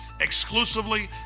exclusively